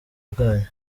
bwanjye